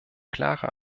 klare